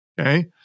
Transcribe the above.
Okay